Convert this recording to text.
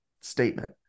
statement